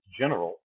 general